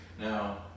Now